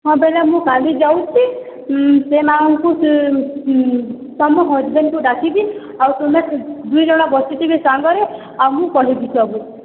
ହଁ ବେଲେ ମୁଁ କାଲି ଯାଉଛି ସେ ନା ତମ ହଜ୍ବେଣ୍ଡକୁ ଡ଼ାକିବି ଆଉ ତୁମେ ଦୁଇଜଣ ବସିଥିବେ ସାଙ୍ଗରେ ଆଉ ମୁଁ କହିବି ସବୁ